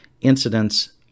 incidents